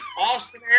Austin